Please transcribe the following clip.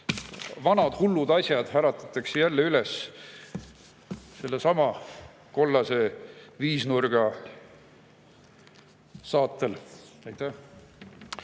Vanad hullud asjad äratatakse jälle üles sellesama kollase viisnurga saatel. Aitäh!